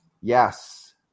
Yes